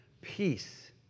peace